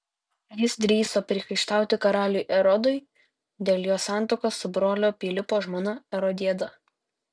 jis drįso priekaištauti karaliui erodui dėl jo santuokos su brolio pilypo žmona erodiada